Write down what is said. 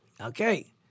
Okay